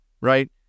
right